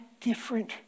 different